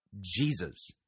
Jesus